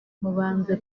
banze